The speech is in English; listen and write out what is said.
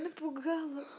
vnukovo